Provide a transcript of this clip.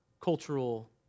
cultural